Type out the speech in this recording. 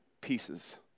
pieces